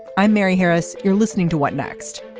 i'm mary harris. you're listening to what next.